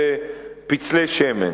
זה פצלי שמן.